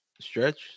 Stretch